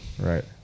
Right